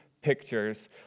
pictures